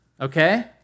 okay